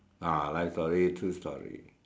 ah life story true story